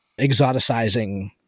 exoticizing